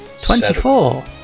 Twenty-four